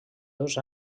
dos